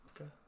Okay